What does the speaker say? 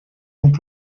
donc